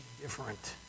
different